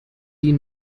die